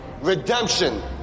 Redemption